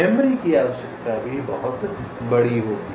memory की आवश्यकता बहुत बड़ी होगी